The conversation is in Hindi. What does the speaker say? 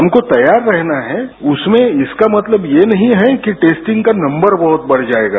हमको तैयार रहना है उसमें इसका मतलब यह नहीं है कि टेस्टिंग का नंबर बहुत बढ जाएगा